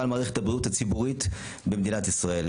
על מערכת הבריאות הציבורית במדינת ישראל,